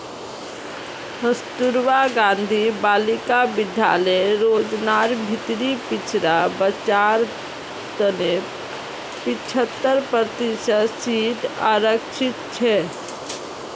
कस्तूरबा गांधी बालिका विद्यालय योजनार भीतरी पिछड़ा बच्चार तने पिछत्तर प्रतिशत सीट आरक्षित छे